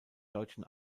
deutschen